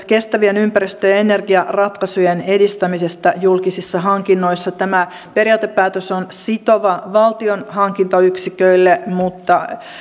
kestävien ympäristö ja energiaratkaisujen edistämisestä julkisissa hankinnoissa tämä periaatepäätös on sitova valtion hankintayksiköille mutta